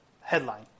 headline